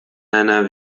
einer